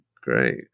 Great